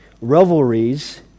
revelries